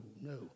no